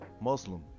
Muslim